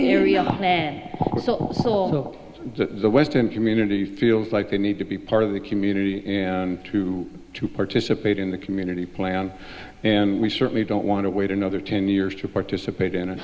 so that the western community feels like they need to be part of the community and to to participate in the community plan and we certainly don't want to wait another ten years to participate in